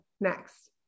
next